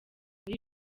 muri